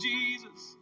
Jesus